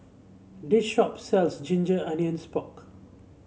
this shop sells Ginger Onions Pork